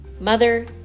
mother